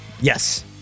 Yes